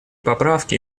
поправки